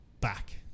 Back